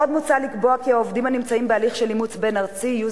עוד מוצע לקבוע כי עובדים הנמצאים בהליך של אימוץ בין-ארצי יהיו